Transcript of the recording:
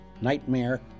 Nightmare